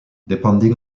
depending